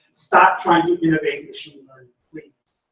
stop trying to innovate machine learning, please.